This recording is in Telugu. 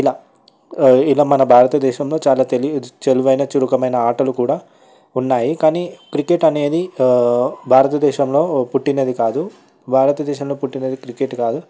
ఇలా మన భారత దేశంలో చాలా తెలివి తెలివైన చురుకైన ఆటలు కూడా ఉన్నాయి కానీ క్రికెట్ అనేది భారతదేశంలో పుట్టినది కాదు భారతదేశంలో పుట్టినది క్రికెట్ కాదు